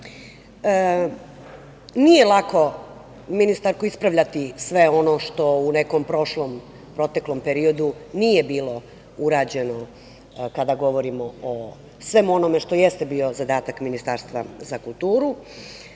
lako, ministarka, ispravljati sve ono što u nekom proteklom periodu nije bilo urađeno, kada govorimo o svemu onome što jeste bio zadatak Ministarstva za kulturu.